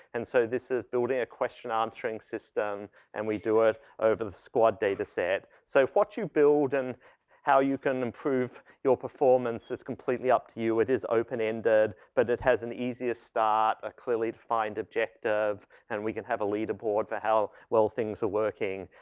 and so this is building a question answering system and we do it over the squad dataset. so what you build and how you can improve your performance is completely up to you. it is open-ended but it has an easier start, a clearly defined objective and we can have a leaderboard for how well things are working.